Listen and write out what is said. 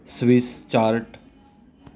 Swiss chart